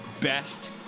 best